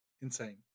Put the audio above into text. Insane